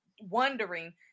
wondering